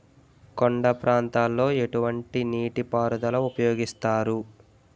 కొండ ప్రాంతాల్లో ఎటువంటి నీటి పారుదల ఉపయోగిస్తారు?